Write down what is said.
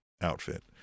outfit